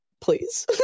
please